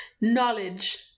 Knowledge